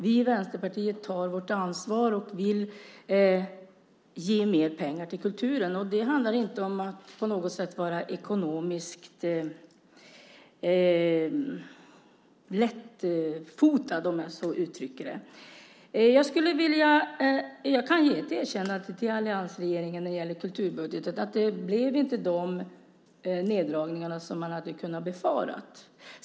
Vi i Vänsterpartiet tar vårt ansvar och vill ge mer pengar till kulturen. Det handlar inte om att på något sätt vara ekonomiskt lättfotad, om jag så uttrycker det. Jag kan villigt erkänna till alliansregeringen när det gäller kulturbudgeten att det inte blev de neddragningar som man hade kunnat befara.